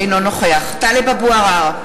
אינו נוכח טלב אבו עראר,